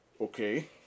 Okay